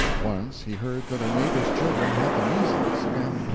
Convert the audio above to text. once he heard that a neighbor's children had the measles, and,